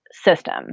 system